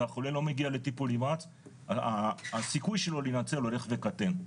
והחולה לא מגיע לטיפול נמרץ הסיכוי שלו להינצל הולך וקטן.